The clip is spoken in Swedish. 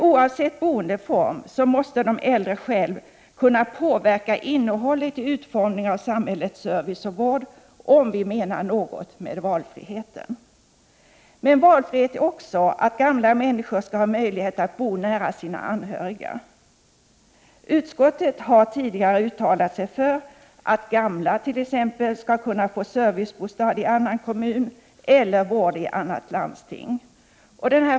Oavsett boendeform så måste de äldre själva kunna påverka innehållet i utformningen av samhällets service och vård, om vi menar något med valfriheten. Men valfrihet är också att gamla människor skall ha möjlighet att bo nära sina anhöriga. Utskottet har tidigare uttalat sig för att gamla t.ex. skall kunna få servicebostad i annan kommun eller vård i annat landsting.